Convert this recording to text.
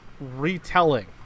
retelling